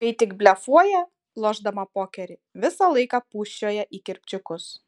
kai tik blefuoja lošdama pokerį visą laiką pūsčioja į kirpčiukus